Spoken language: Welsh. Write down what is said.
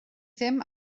ddim